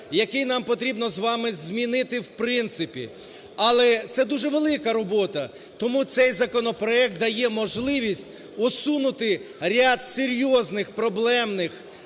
який нам потрібно з вами змінити в принципі. Але це дуже велика робота, тому цей законопроект дає можливість усунути ряд серйозний проблемних